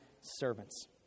servants